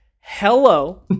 Hello